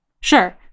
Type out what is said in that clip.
Sure